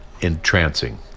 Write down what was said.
entrancing